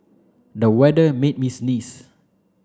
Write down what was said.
the weather made me sneeze